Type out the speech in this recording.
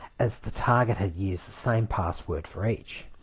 as the target had used the same password for each.